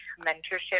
mentorship